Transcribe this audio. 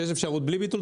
כשיש אפשרות בלי ביטול,